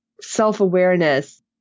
self-awareness